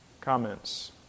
Comments